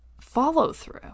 follow-through